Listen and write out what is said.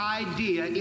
idea